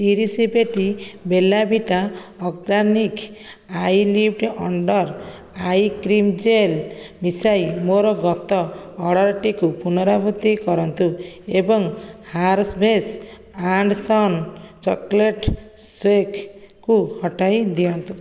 ତିରିଶି ପେଟି Bella Vita organic eyelift under eye cream gel ମିଶାଇ ମୋର ଗତ ଅର୍ଡ଼ର୍ଟିକୁ ପୁନରାବୃତ୍ତି କରନ୍ତୁ ଏବଂ ହାର୍ସଭେସ୍ ଆଣ୍ଡ୍ ସନ୍ ଚକୋଲେଟ୍ ଶେକ୍କୁ ହଟାଇ ଦିଅନ୍ତୁ